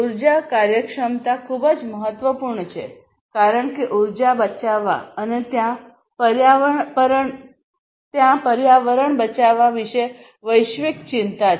ઉર્જા કાર્યક્ષમતા ખૂબ જ મહત્વપૂર્ણ છે કારણ કે ઉર્જા બચાવવા અને ત્યાં પર્યાવરણ બચાવવા વિશે વૈશ્વિક ચિંતા છે